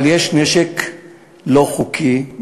אבל יש נשק לא חוקי,